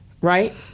right